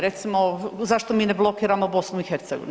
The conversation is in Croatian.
Recimo zašto mi ne blokiramo BiH?